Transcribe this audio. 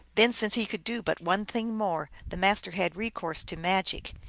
then, since he could do but one thing more, the master had recourse to magic.